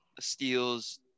steals